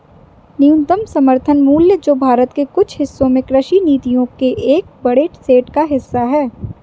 न्यूनतम समर्थन मूल्य जो भारत के कुछ हिस्सों में कृषि नीतियों के एक बड़े सेट का हिस्सा है